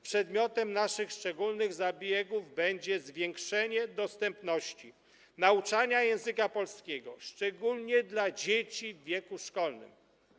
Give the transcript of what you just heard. Przedmiotem naszych szczególnych zabiegów będzie zwiększenie dostępności nauczania języka polskiego, szczególnie dla dzieci w wieku szkolnym.